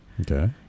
Okay